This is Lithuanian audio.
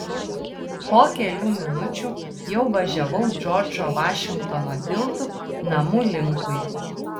po kelių minučių jau važiavau džordžo vašingtono tiltu namų linkui